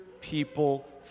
people